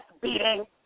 beating